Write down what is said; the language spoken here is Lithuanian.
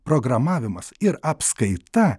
programavimas ir apskaita